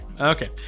Okay